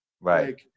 Right